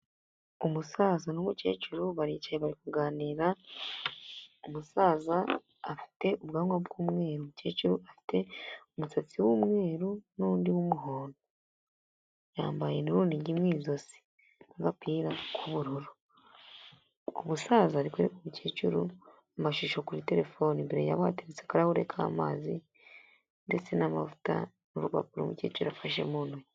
Umusaza n'umukecuru baricaye bari kuganira, umusaza afite ubwanwa bw'umweru, umukecuru afite umusatsi w'umweru n'undi w'umuhondo, yambaye n'urunijyi mu izosi, agapira k'ubururu. Umusaza arikwereka umukecuru amashusho kuri telefoni imbere yabo hagatse akarahure k'amazi ndetse n'amavuta, n'urupapuro umukecuru afashe mu ntoki.